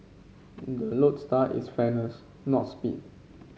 the lodestar is fairness not speed